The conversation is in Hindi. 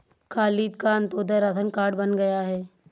खालिद का अंत्योदय राशन कार्ड बन गया है